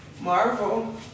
Marvel